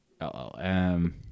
LLM